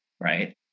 right